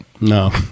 no